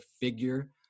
figure